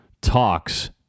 talks